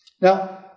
Now